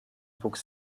wuchs